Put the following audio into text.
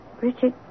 Richard